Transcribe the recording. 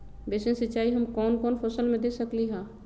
Basin सिंचाई हम कौन कौन फसल में दे सकली हां?